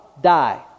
Die